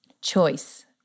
Choice